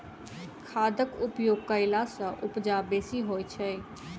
खादक उपयोग कयला सॅ उपजा बेसी होइत छै